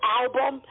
album